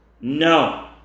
No